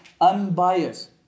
unbiased